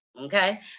Okay